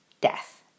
death